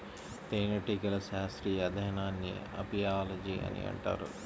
తేనెటీగల శాస్త్రీయ అధ్యయనాన్ని అపియాలజీ అని అంటారు